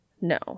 no